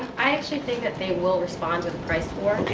i actually think that they will respond to the price war. ok.